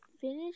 finish